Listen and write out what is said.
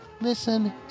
listen